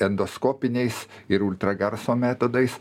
endoskopiniais ir ultragarso metodais